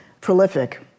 prolific